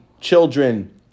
children